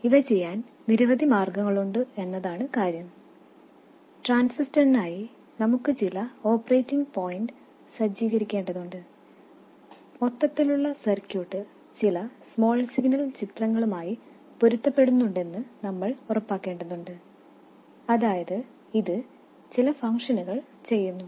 ഇവ ചെയ്യാൻ നിരവധി മാർഗങ്ങളുണ്ട് എന്നതാണ് കാര്യം ട്രാൻസിസ്റ്ററിനായി നമുക്ക് ചില ഓപ്പറേറ്റിംഗ് പോയിന്റ് സജ്ജീകരിക്കേണ്ടതുണ്ട് മൊത്തത്തിലുള്ള സർക്യൂട്ട് ചില സ്മോൾ സിഗ്നൽ ചിത്രങ്ങളുമായി പൊരുത്തപ്പെടുന്നുണ്ടെന്ന് നമ്മൾ ഉറപ്പാക്കേണ്ടതുണ്ട് അതായത് ഇത് ചില ഫംഗ്ഷനുകൾ ചെയ്യുന്നു